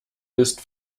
ist